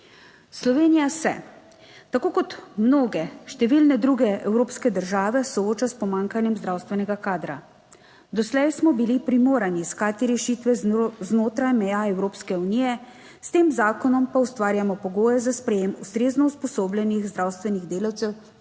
Slovenija se tako kot mnoge številne druge evropske države sooča s pomanjkanjem zdravstvenega kadra. Doslej smo bili primorani iskati rešitve znotraj meja Evropske unije, s tem zakonom pa ustvarjamo pogoje za sprejem ustrezno usposobljenih zdravstvenih delavcev